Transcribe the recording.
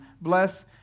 Bless